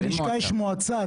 בלשכה יש מועצה.